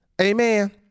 Amen